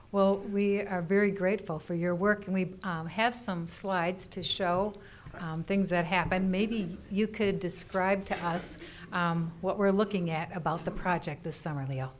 well we are very grateful for your work and we have some slides to show things that happened maybe you could describe to us what we're looking at about the project the summer